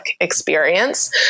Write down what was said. experience